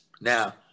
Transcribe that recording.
Now